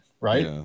right